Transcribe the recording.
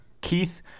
Keith